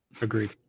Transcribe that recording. agreed